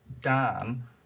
Dan